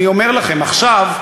אני אומר לכם: עכשיו,